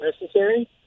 necessary